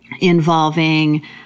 involving